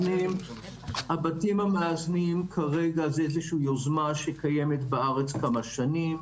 הבתים המאזנים כרגע הם איזושהי יוזמה שקיימת בארץ כמה שנים,